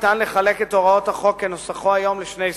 ניתן לחלק את הוראות החוק כנוסחו היום לשני סוגים: